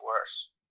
worse